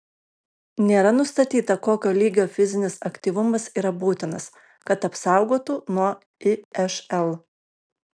nėra nustatyta kokio lygio fizinis aktyvumas yra būtinas kad apsaugotų nuo išl